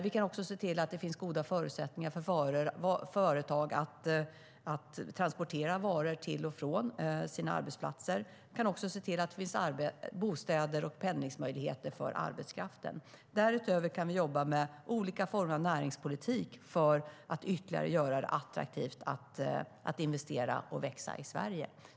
Vi kan också se till att det finns goda förutsättningar för företag att transportera varor till och från arbetsplatserna, och vi kan se till att det finns bostäder och pendlingsmöjligheter för arbetskraften. Därutöver kan vi jobba med olika former av näringspolitik för att ytterligare göra det attraktivt att investera och växa i Sverige.